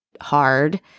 hard